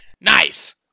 Nice